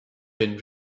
been